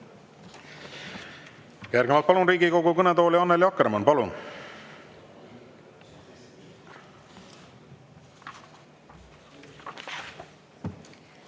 Järgnevalt palun Riigikogu kõnetooli Annely Akkermanni. Palun!